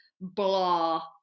blah